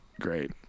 great